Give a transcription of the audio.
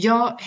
Jag